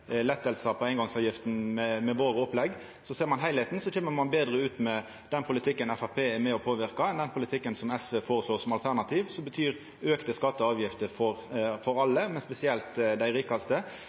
lettar på eingongsavgifta med våre opplegg. Ser ein heilskapen, kjem ein betre ut med den politikken Framstegspartiet er med og påverkar, enn den politikken som SV føreslår som alternativ, som betyr auka skattar og avgifter for alle, men spesielt for